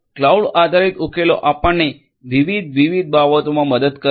cloud આધારિત ઉકેલો આપણને વિવિધ વિવિધ બાબતોમા મદદ કરશે